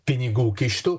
pinigų kištų